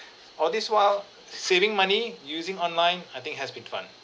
all this while saving money using online I think has been fun